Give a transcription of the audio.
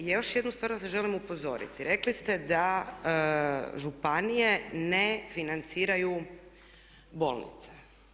I još jednu stvar vas želim upozoriti, rekli ste da županije ne financiraju bolnice.